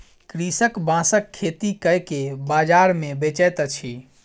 कृषक बांसक खेती कय के बाजार मे बेचैत अछि